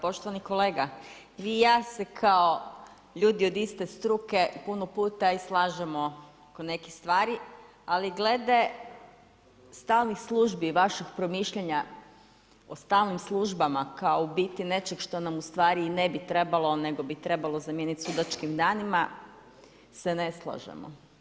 Poštovani kolega, vi i ja se kao ljudi od iste struke puno puta i slažemo oko nekih stvari, ali glede stalnih službi i vašeg promišljanja o stalnim službama kao, u biti, nečega što nam u stvari i ne bi trebalo nego bi trebalo zamijeniti sudačkim danima, se ne slažemo.